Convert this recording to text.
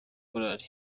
choir